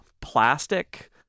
plastic